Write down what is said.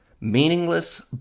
meaningless